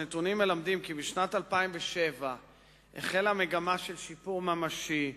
הנתונים מלמדים כי בשנת 2007 החלה מגמה של שיפור ממשי,